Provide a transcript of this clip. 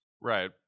Right